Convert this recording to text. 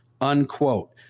unquote